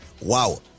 Wow